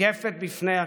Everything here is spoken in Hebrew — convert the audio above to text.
ניגפת בפני הקיטוב,